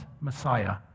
Messiah